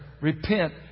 Repent